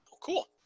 Cool